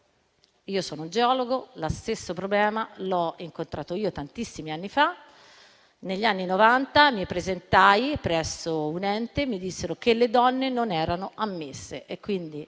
Io sono geologa e lo stesso problema l'ho incontrato tantissimi anni fa: negli anni Novanta mi presentai presso un ente e mi dissero che le donne non erano ammesse.